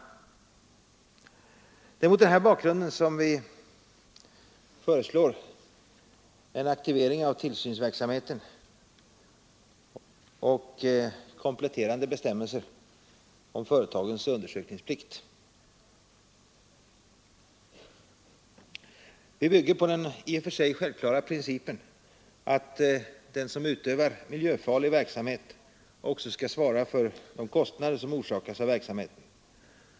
Det är nämligen mot denna bakgrund som vi föreslår en aktivering av tillsynsverksamheten och kompletterande bestämmelser om företagens undersökningsplikt. Vi bygger på den i och för sig självklara principen att den som utövar miljöfarlig verksamhet också skall svara för de kostnader som orsakas av verksamheten.